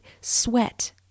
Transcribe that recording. sweat